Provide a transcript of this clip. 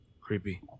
creepy